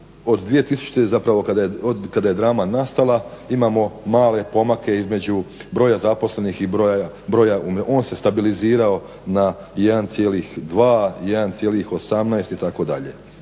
od 2000.kada je drama nastala imamo male pomake između broja zaposlenih, on se stabilizirao na 1,2, 1,18 itd.